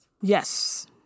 yes